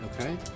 Okay